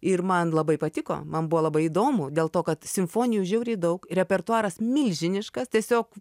ir man labai patiko man buvo labai įdomu dėl to kad simfonijų žiauriai daug repertuaras milžiniškas tiesiog